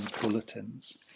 Bulletins